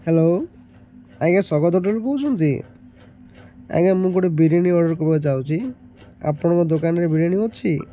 hello ଆଜ୍ଞା ସ୍ୱାଗତ ହୋଟେଲରୁ କହୁଛନ୍ତି ଆଜ୍ଞା ମୁଁ ଗୋଟେ ବିରିୟାନୀ ଅର୍ଡ଼ର୍ ଚାହୁଁଛି ଆପଣଙ୍କ ଦୋକାନରେ ବିରିୟାନୀ ଅଛି